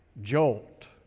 jolt